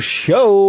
show